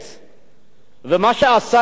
ומה שעשה לקדימה בעצם,